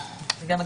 כן.